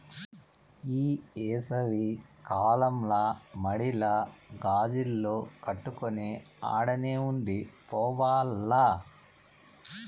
ఈ ఏసవి కాలంల మడిల గాజిల్లు కట్టుకొని ఆడనే ఉండి పోవాల్ల